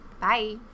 Bye